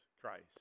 Christ